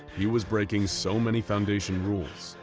he was breaking so many foundation rules,